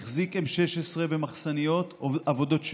שהחזיק M16 ומחסניות, עבודות שירות,